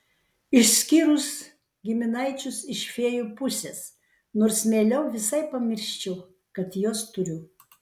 išskyrus giminaičius iš fėjų pusės nors mieliau visai pamirščiau kad juos turiu